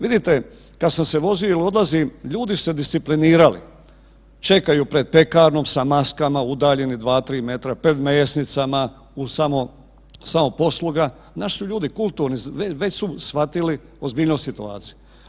Vidite kad sam se vozio i odlazio ljudi su se disciplinirali, čekaju pred pekarnom sa maskama udalji dva, tri metra, pred mesnicama, samoposluga, naši su ljudi kulturni, već su shvatili ozbiljnost situacije.